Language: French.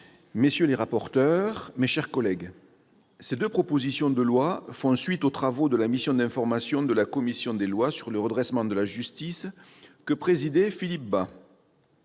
madame la ministre, mes chers collègues, ces deux propositions de loi font suite aux travaux de la mission d'information de la commission des lois sur le redressement de la justice que présidait Philippe Bas.